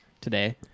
today